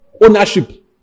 ownership